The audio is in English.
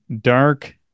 dark